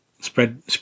spread